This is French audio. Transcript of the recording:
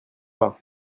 pas